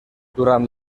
durant